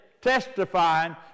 testifying